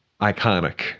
iconic